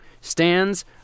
stands